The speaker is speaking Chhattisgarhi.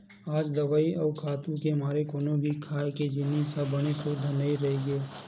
आज दवई अउ खातू के मारे कोनो भी खाए के जिनिस ह बने सुद्ध नइ रहि गे